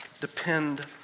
depend